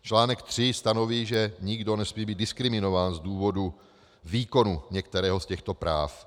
Článek tři stanoví, že nikdo nesmí být diskriminován z důvodu výkonu některého z těchto práv.